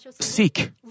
seek